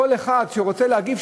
כל אחד שרוצה להגיב,